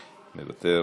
מוותר,